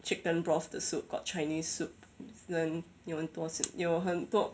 chicken broth the soup got chinese soup then 有很多 soup 有很多